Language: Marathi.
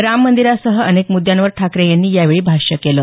राम मंदिरासह अनेक मुद्यांवर ठाकरे यांनी यावेळी भाष्य केलं